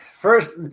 First